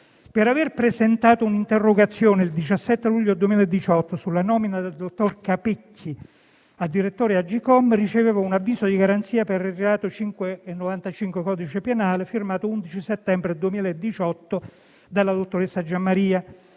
Per aver presentato un'interrogazione, il 17 luglio 2018, sulla nomina del dottor Capecchi a direttore Agcom, ricevevo un avviso di garanzia, per reato di cui all'articolo 595 del codice penale, firmato l'11 settembre 2018 dalla dottoressa Giammaria.